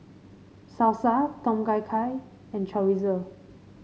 Salsa Tom Kha Gai and Chorizo